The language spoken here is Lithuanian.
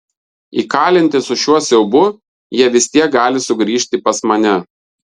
įkalinti su šiuo siaubu jie vis tiek gali sugrįžti pas mane